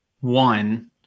one